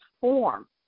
form